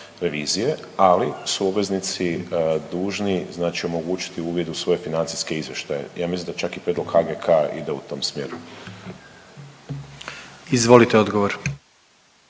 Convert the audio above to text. revizije, ali su obveznici dužni, znači omogućiti uvid u svoje financijske izvještaje. Ja mislim da čak i prijedlog HGK ide u tom smjeru. **Jandroković,